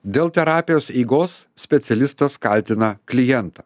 dėl terapijos eigos specialistas kaltina klientą